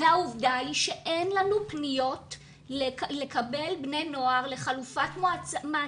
והעובדה היא שאין לנו פניות לקבל בני נוער לחלופת מעצר מוסדית.